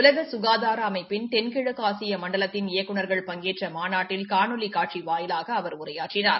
உலக சுனதார அமைப்பின் தென்கிழக்கு ஆசிய மண்டலத்தின் இயக்குநர்கள் பங்கேற்ற மாநாட்டில் காணொலி காட்சி வாயிலாக அவர் உரையாற்றினார்